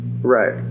Right